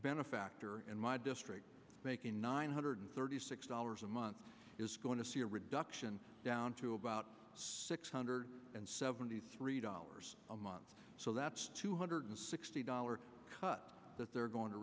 benefactor in my district making nine hundred thirty six dollars a month is going to see a reduction down to about six hundred and seventy three dollars a month so that's two hundred sixty dollars cut that they're going to